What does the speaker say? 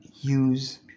use